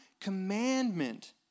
commandment